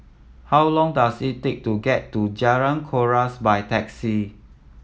how long does it take to get to Jalan Kuras by taxi